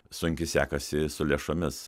sunkiai sekasi su lėšomis